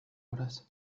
horas